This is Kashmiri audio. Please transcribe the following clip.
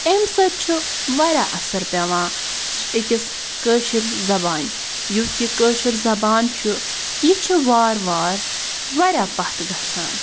اَمہِ سۭتۍ چھُ واریاہ اَثَر پٮ۪وان أکِس کٲشٕر زَبانہٕ یُس یہِ کٲشُر زبان چھُ یہِ چھُ وار وار واریاہ پَتھ گَژھان